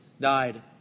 died